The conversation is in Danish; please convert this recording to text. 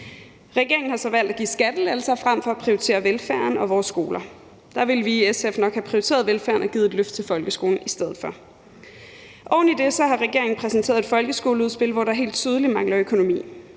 Regeringen har så valgt at give skattelettelser frem for at prioritere velfærden og vores skoler. Der ville vi i SF nok have prioriteret velfærden og givet et løft til folkeskolen i stedet for. Oven i det har regeringen præsenteret et folkeskoleudspil, hvor der helt tydeligt mangler økonomi.